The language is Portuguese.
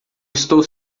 estou